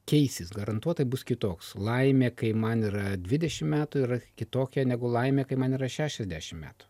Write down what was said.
keisis garantuotai bus kitoks laimė kai man yra dvidešimt metų yra kitokia negu laimė kai man yra šešiasdešimt metų